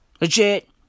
Legit